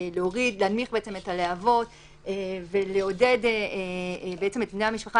להנמיך את הלהבות ולעודד את בני המשפחה